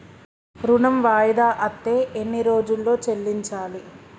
ఋణం వాయిదా అత్తే ఎన్ని రోజుల్లో చెల్లించాలి?